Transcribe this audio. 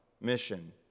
mission